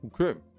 okay